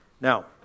Now